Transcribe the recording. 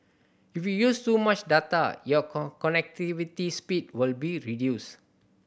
if you use too much data your connectivity speed will be reduced